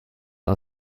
are